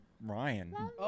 Ryan